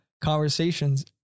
conversations